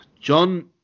John